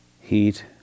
Heat